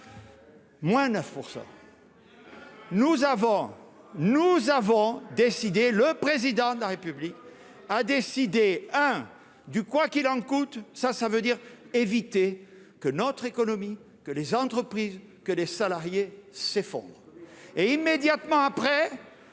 avons, nous avons décidé le président de la République a décidé un du quoi qu'il en coûte, ça, ça veut dire éviter que notre économie que les entreprises que des salariés s'effondre et immédiatement après